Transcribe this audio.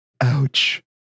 Ouch